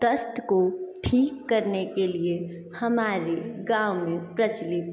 दस्त को ठीक करने के लिए हमारे गाँव में प्रचलित